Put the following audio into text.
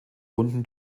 runden